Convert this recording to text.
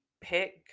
pick